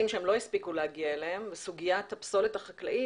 שהם לא הספיקו להגיע אליהם וסוגיית הפסולת החקלאית